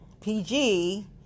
PG